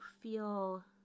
feel